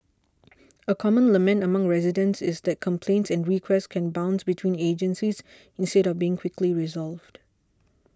a common lament among residents is that complaints and requests can bounce between agencies instead of being quickly resolved